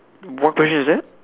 what question is that